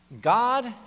God